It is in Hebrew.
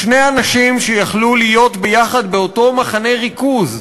שני אנשים שיכלו להיות ביחד באותו מחנה ריכוז,